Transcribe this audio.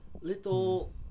little